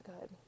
good